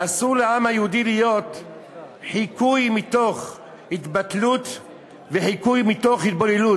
אסור לעם היהודי להיות חיקוי מתוך התבטלות וחיקוי מתוך התבוללות.